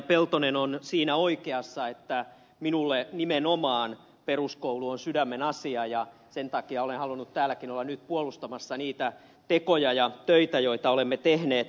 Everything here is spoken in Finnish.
peltonen on siinä oikeassa että minulle nimenomaan peruskoulu on sydämenasia ja sen takia olen halunnut täälläkin olla nyt puolustamassa niitä tekoja ja töitä joita olemme tehneet